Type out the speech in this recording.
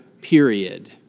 period